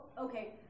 okay